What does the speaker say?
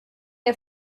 der